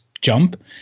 jump